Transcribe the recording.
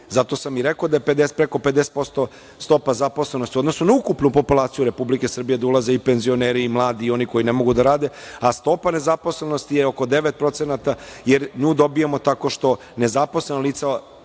Zato sam i rekao da je preko 50% stopa zaposlenosti, u odnosu na ukupnu populaciju Republike Srbije, gde ulaze i penzioneri i oni mladi koji ne mogu da rade. Stopa nezaposlenosti je oko 9%, jer nju dobijamo tako što nezaposlena lica